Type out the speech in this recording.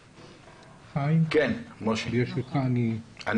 חיים, ברשותך, אני --- כן, משה.